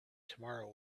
tomorrow